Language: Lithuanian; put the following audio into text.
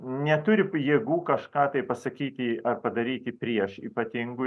neturi jėgų kažką tai pasakyti ar padaryti prieš ypatingu